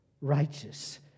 Righteous